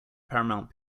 paramount